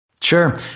Sure